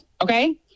Okay